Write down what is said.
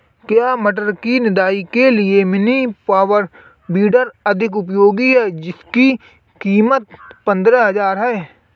क्या टमाटर की निदाई के लिए मिनी पावर वीडर अधिक उपयोगी है जिसकी कीमत पंद्रह हजार है?